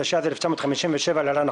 התשי"ז-1957 (להלן,